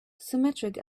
symmetric